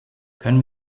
können